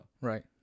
right